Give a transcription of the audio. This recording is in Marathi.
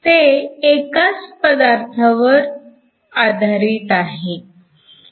ते एकाच पदार्थावर आधारित आहे